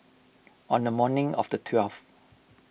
on the morning of the twelfth